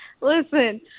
Listen